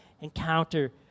encounter